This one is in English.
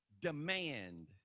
demand